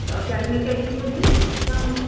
اچھا اور ٹائمنگ کا ایشو تو نہیں ہے جس سے ہم